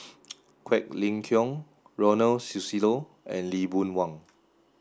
Quek Ling Kiong Ronald Susilo and Lee Boon Wang